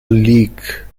leak